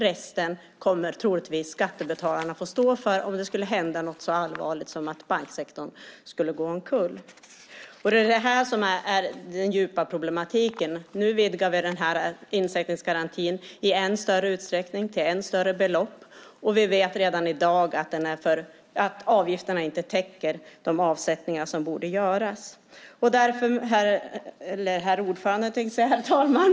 Resten kommer troligtvis skattebetalarna att få stå för om det skulle hända något så allvarligt som att banksektorn skulle gå omkull. Det är detta som är den djupa problematiken. Nu vidgar vi denna insättningsgaranti i än större utsträckning och till än större belopp, och vi vet redan i dag att avgifterna inte täcker de avsättningar som borde göras. Herr talman!